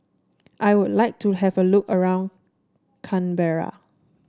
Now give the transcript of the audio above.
I would like to have a look around Canberra